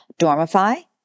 Dormify